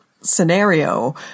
scenario